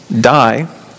die